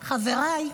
חבריי,